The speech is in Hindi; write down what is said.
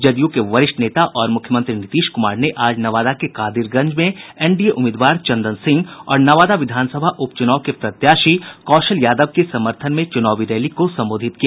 जदयू के वरिष्ठ नेता और मुख्यमंत्री नीतीश कुमार ने आज नवादा के कादिरगंज में एनडीए उम्मीदवार चंदन सिंह और नवादा विधानसभा उप चुनाव के प्रत्याशी कौशल यादव के समर्थन में चुनावी रैली को संबोधित किया